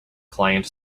client